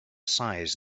size